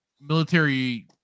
military